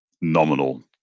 nominal